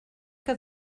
que